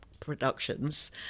Productions